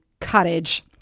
cottage